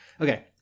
Okay